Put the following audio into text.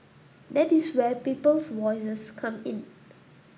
that is where Peoples Voices comes in